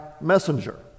messenger